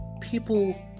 people